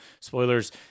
Spoilers